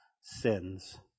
sins